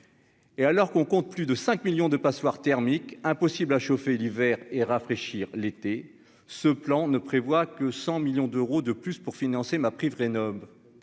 et alors qu'on compte plus de 5 millions de passoires thermiques impossible à chauffer l'hiver et rafraîchir l'été, ce plan ne prévoit que 100 millions d'euros de plus pour financer ma rénovent,